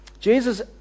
Jesus